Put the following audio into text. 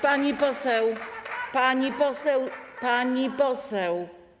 Pani poseł, pani poseł, pani poseł.